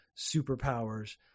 superpowers